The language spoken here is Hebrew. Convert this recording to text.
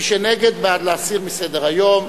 מי שנגד, בעד להסיר מסדר-היום.